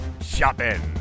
shopping